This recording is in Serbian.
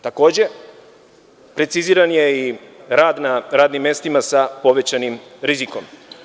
Takođe, preciziran je i rad na radnim mestima sa povećanim rizikom.